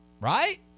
Right